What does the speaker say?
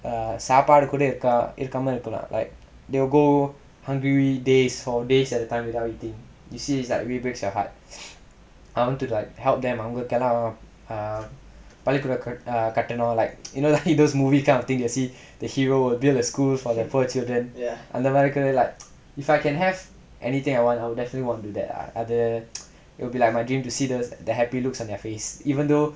சாப்பாடு கூட இருக்க இருக்காம இருக்கலாம்:saapaadu kooda irukka irukkaama irukkalaam like they will go hungry days for day and time without eating you see it's like really breaks your heart I want to like help them பள்ளிகூட கட்டனும்:pallikooda kattanum like you know the those movie kind of thing the scene the hero will build a school for the poor children அந்தமாரி கூட:anthamaari kooda like if I can have anything I want I will definitely want to do that lah அது:athu it'll be like my dream to see the happy looks on their face even though